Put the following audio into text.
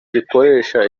gikoresha